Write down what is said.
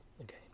okay